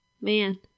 Man